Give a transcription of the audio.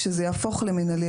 כשזה יהפוך למינהלי,